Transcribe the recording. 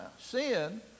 sin